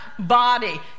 Body